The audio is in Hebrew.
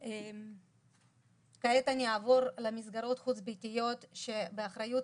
כעת אני אעבור למסגרות חוץ-ביתיות שבאחריות